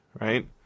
right